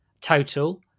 total